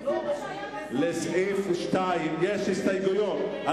לסעיף 2 יש הסתייגויות.